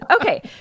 Okay